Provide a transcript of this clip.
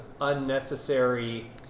unnecessary